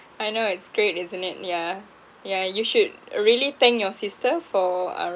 I know it's great isn't it yeah yeah you should uh really thank your sister for uh